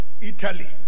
Italy